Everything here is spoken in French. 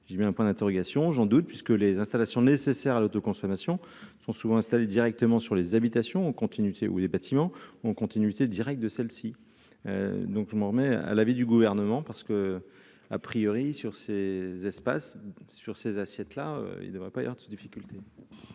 j'ai mis un point d'interrogation, j'en doute, puisque les installations nécessaires à l'eau de consommation sont souvent installés directement sur les habitations continuité ou des bâtiments ont continuité directe de celle-ci, donc je m'en remets à l'avis du gouvernement, parce que, a priori sur ces espaces sur ces assiettes là il devrait pas y avoir de c'est